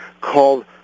called